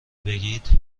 بگید